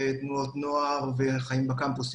תנועות נוער וחיים בקמפוסים.